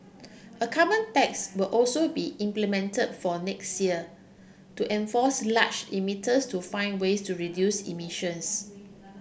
a carbon tax will also be implemented for next year to force large emitters to find ways to reduce emissions